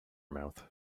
mouth